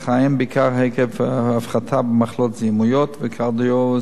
בעיקר עקב הפחתה במחלות זיהומיות וקרדיו-וסקולריות,